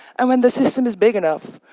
and when the system is big enough,